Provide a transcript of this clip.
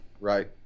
right